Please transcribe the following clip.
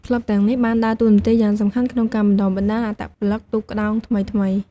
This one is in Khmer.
ក្លឹបទាំងនេះបានដើរតួនាទីយ៉ាងសំខាន់ក្នុងការបណ្ដុះបណ្ដាលអត្តពលិកទូកក្ដោងថ្មីៗ។